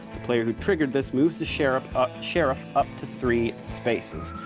the player who triggered this moves the sheriff up sheriff up to three spaces.